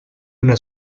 una